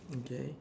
okay